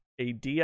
AD